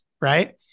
right